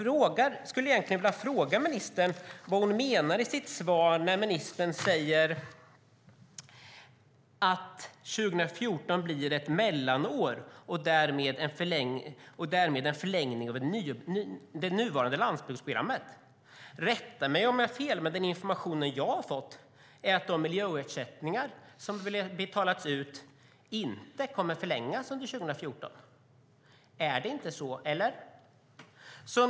Jag skulle vilja fråga ministern vad hon menar när hon i sitt svar säger att 2014 blir ett mellanår, och därmed blir det en förlängning av det nuvarande landsbygdsprogrammet. Rätta mig om jag har fel, men den information jag har fått är att de miljöersättningar som har betalats ut inte kommer att förlängas 2014. Är det inte så, eller?